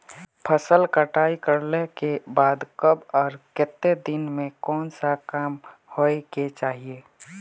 फसल कटाई करला के बाद कब आर केते दिन में कोन सा काम होय के चाहिए?